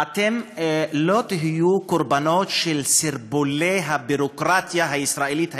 אתם לא תהיו קורבנות של סרבולי הביורוקרטיה הישראלית הידועה.